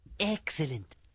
Excellent